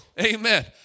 Amen